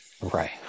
Right